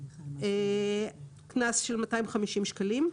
קנס של 250 שקלים.